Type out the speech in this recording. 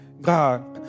God